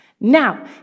Now